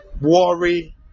worry